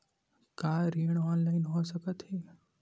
का ऋण ऑनलाइन हो सकत हे?